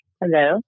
Hello